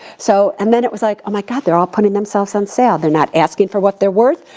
so, and then it was like, oh my god, they're all putting themselves on sale. they're not asking for what they're worth,